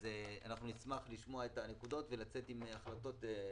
אז אנחנו נשמח לשמוע את הנקודות ולצאת עם החלטות אופרטיביות.